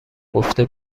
گفته